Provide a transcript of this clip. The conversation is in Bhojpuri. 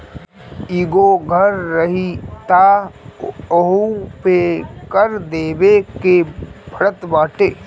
कईगो घर रही तअ ओहू पे कर देवे के पड़त बाटे